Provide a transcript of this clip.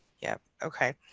yeah, okay.